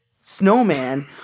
snowman